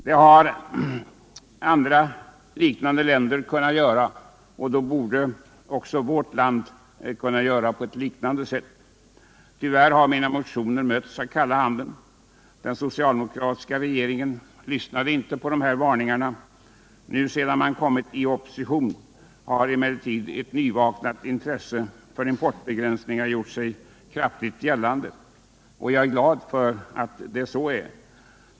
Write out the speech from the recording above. Det har andra liknande länder kunnat göra, och då borde vårt land också ha kunnat göra på likartat sätt. Tyvärr har mina motioner mötts med kalla handen. Den socialdemokratiska regeringen lyssnade inte på de här varningarna. Nu, sedan man kommit i opposition, har emellertid ett nyvaknat intresse för importbegränsningar gjort sig kraftigt gällande. Jag är glad för att det är så.